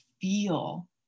feel